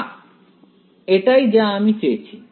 না এটাই যা আমি চেয়েছি